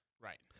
Right